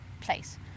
place